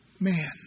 man